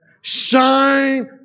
Shine